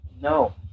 No